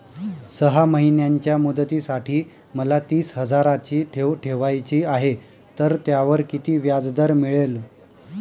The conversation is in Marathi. सहा महिन्यांच्या मुदतीसाठी मला तीस हजाराची ठेव ठेवायची आहे, तर त्यावर किती व्याजदर मिळेल?